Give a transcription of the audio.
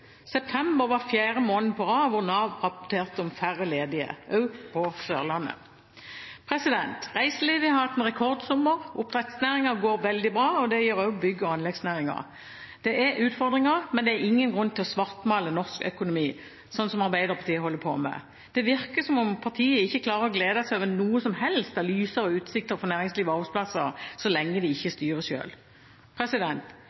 September var fjerde måneden på rad hvor Nav rapporterte om færre ledige, også på Sørlandet. Reiselivet har hatt en rekordsommer. Oppdrettsnæringen går veldig bra, og det gjør også bygg- og anleggsnæringen. Det er utfordringer, men det er ingen grunn til å svartmale norsk økonomi, slik som Arbeiderpartiet holder på med. Det virker som om Arbeiderpartiet ikke klarer å glede seg noe som helst over lysere utsikter for næringsliv og arbeidsplasser, så lenge de ikke